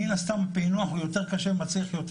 מן הסתם הפענוח הוא יותר קשה ומצריך יותר